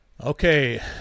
Okay